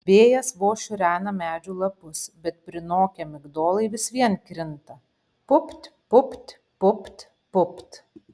vėjas vos šiurena medžių lapus bet prinokę migdolai vis vien krinta pupt pupt pupt pupt